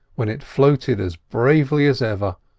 when it floated as bravely as ever,